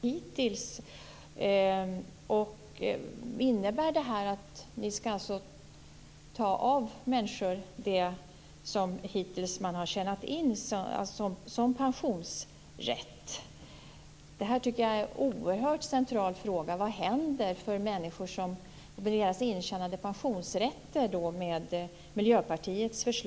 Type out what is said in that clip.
Fru talman! Jag måste fråga Marianne Samuelsson vad som enligt Miljöpartiets förslag till grundtrygghetssystem kommer att hända med det pensionsskydd som människor har arbetat ihop hittills. Skall ni använda de pengarna till vården i stället? Innebär ert förslag att ni skall ta ifrån människor det som de hittills har tjänat in som pensionsrätt? Jag tycker att det är en oerhört central fråga.